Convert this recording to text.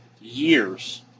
years